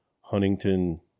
huntington